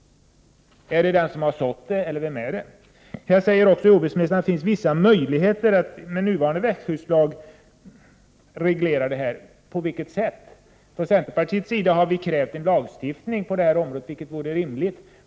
Är det den = Prot. 1988/89:60 som har sått sådan gröda, eller vem är det? 2 februari 1989 Med nuvarande växtskyddslag finns det vissa möjligheter att reglera detta, säger jordbruksministern. På vilket sätt? Från centerpartiets sida har vi krävt en lagstiftning på det här området, vilket vore rimligt.